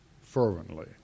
fervently